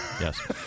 Yes